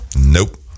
Nope